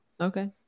Okay